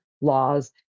laws